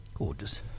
Gorgeous